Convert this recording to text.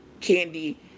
Candy